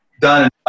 done